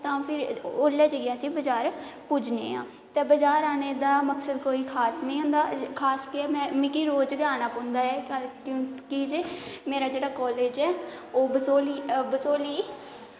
तां ओल्लै जाइयै अस बजार पुज्जने आं ते बजार औने दा कोई मक्सद खास निं होंदा की के मिगी रोज़ गै आना पौंदा ऐ की जे मेरा जेह्ड़ा कॉलेज़ ऐ ओह् बसोहली बसोह्ली